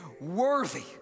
worthy